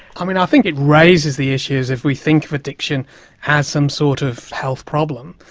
i mean, i think it raises the issues, if we think of addiction as some sort of health problem,